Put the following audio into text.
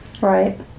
Right